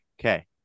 okay